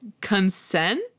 consent